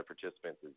participants